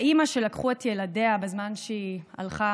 האימא שלקחו את ילדיה בזמן שהיא הלכה